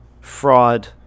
fraud